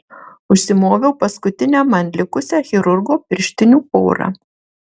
užsimoviau paskutinę man likusią chirurgo pirštinių porą